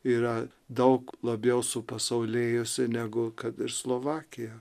yra daug labiau supasaulėjusi negu kad ir slovakija